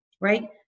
right